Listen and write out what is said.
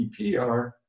EPR